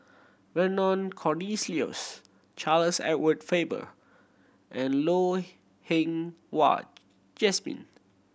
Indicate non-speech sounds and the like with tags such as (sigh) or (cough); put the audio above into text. Vernon (unintelligible) Charles Edward Faber and (unintelligible) Wah Jesmine